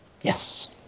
Yes